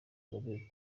kagame